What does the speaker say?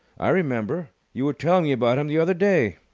i remember. you were telling me about him the other day.